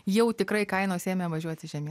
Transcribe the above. jau tikrai kainos ėmė važiuoti žemyn